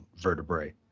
vertebrae